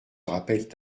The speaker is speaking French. rappellent